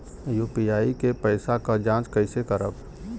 UPI के पैसा क जांच कइसे करब?